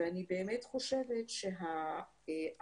ואני באמת חושבת שההחלטות